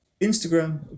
Instagram